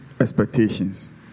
expectations